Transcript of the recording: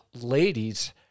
ladies